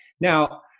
Now